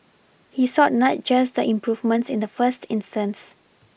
he sought not just the improvements in the first instance